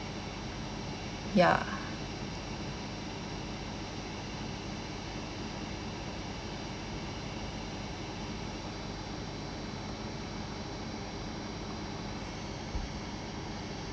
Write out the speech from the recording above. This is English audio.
ya